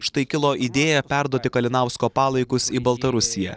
štai kilo idėja perduoti kalinausko palaikus į baltarusiją